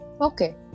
Okay